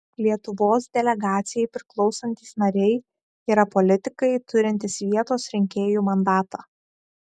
lietuvos delegacijai priklausantys nariai yra politikai turintys vietos rinkėjų mandatą